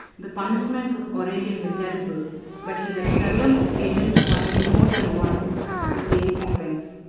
the punishments of aurelian were terrible but he had seldom occasion to punish more than once the same offence.